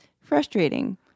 frustrating